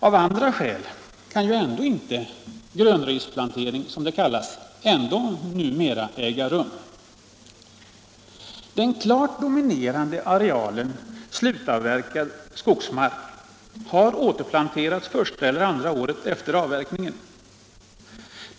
Av andra skäl kan ju ändå inte s.k. grönrisplantering nu äga rum. Den klart dominerande arealen slutavverkad skogsmark har återplanterats första eller andra året efter avverkningen.